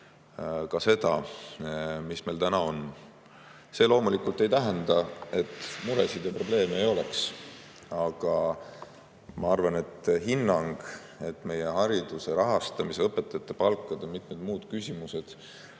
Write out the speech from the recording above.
ka seda, mis meil täna on. See loomulikult ei tähenda, et muresid ja probleeme ei oleks. Aga ma arvan, et hinnang, et meie hariduse rahastamise, õpetajate palkade ja mitmed muud küsimused